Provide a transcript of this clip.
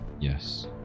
Yes